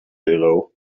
euro